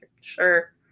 sure